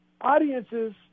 audiences